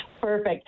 perfect